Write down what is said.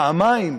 פעמיים?